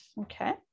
Okay